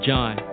John